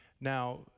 Now